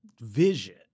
vision